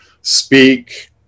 speak